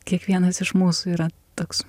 kiekvienas iš mūsų yra toks